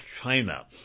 China